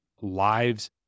lives